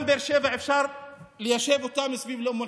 גם את באר שבע אפשר ליישב מסביב לאום אל-חיראן.